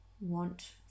want